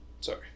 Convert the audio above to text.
sorry